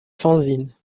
fanzines